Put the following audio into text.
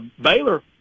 Baylor –